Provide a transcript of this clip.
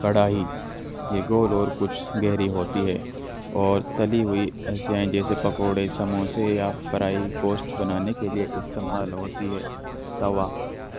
کڑھاہی یہ گول اور کچھ گہری ہوتی ہے اور تلی ہوئی ایشیایں جیسے پکوڑے سموسے یا فرائی گوشت بنانے کے لیے استعمال ہوتی ہے توا